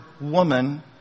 woman